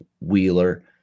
Wheeler